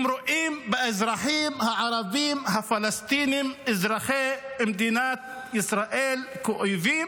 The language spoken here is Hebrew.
הם רואים באזרחים הערבים הפלסטינים אזרחי מדינת ישראל אויבים,